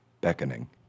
beckoning